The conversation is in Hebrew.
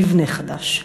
למבנה חדש.